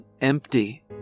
empty